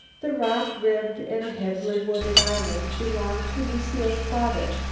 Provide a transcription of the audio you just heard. the rock-ribbed and heavily wooded island belonged to lucile's father,